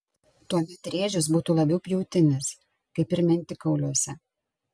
tuomet rėžis būtų labiau pjautinis kaip ir mentikauliuose